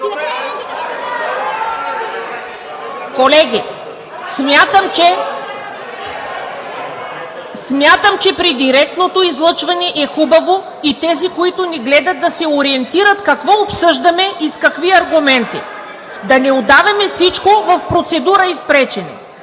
Колеги, смятам, че при директното излъчване е хубаво и тези, които ни гледат, да се ориентират какво обсъждаме и с какви аргументи. Да не удавяме всичко в процедура и в пречене.